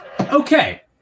Okay